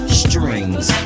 strings